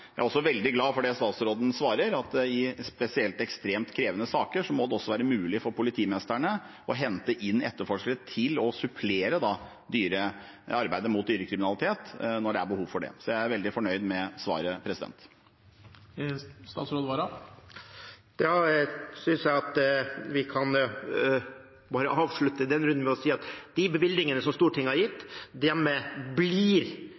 Jeg er også veldig glad for det statsråden svarer, at spesielt i ekstremt krevende saker må det også være mulig for politimesterne å hente inn etterforskere til å supplere arbeidet mot dyrekriminalitet når det er behov for det. Jeg er veldig fornøyd med svaret. Ja, jeg synes at vi kan avslutte denne runden med å si at det som Stortinget har bevilget, blir